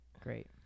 Great